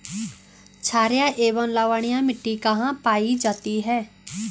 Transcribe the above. छारीय एवं लवणीय मिट्टी कहां कहां पायी जाती है?